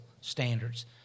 standards